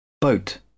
Boat